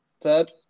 third